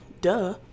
duh